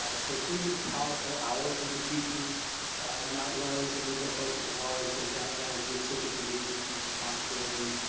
ah so it's gonna be a powerful hour for the teachers and that was and is a focus of ours both that that idea of civic engagement and responsibility,